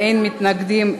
אין מתנגדים.